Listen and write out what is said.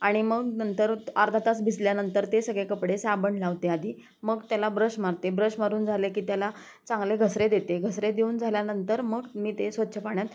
आणि मग नंतर त् अर्धा तास भिसल्यानंतर ते सगळे कपडे साबण लावते आधी मग त्याला ब्रश मारते आहे ब्रश मारून झाले की त्याला चांगले घसरे देते आहे घसरे देऊन झाल्यानंतर मग मी ते स्वच्छ पाण्यात